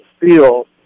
feel